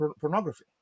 pornography